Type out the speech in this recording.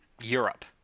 Europe